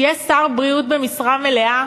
שיהיה שר בריאות במשרה מלאה,